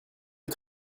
est